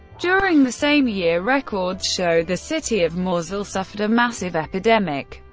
during the same year, records show the city of mawsil suffered a massive epidemic,